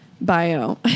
Bio